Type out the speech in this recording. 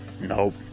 nope